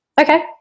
Okay